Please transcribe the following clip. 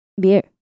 Beer